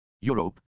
Europe